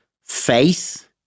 faith